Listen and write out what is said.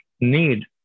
need